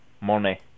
money